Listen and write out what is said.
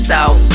out